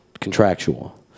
contractual